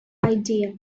idea